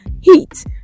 Heat